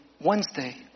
Wednesday